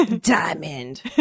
Diamond